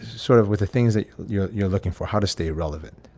sort of with the things that you're you're looking for, how to stay relevant